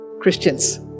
Christians